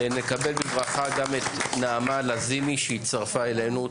נקבל בברכה את נעמה לזימי שהצטרפה אלינו.